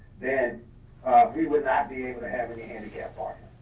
then we would not be able to have any handicap um